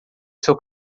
seu